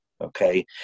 okay